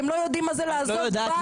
הם לא יודעים מה זה לעזוב בית.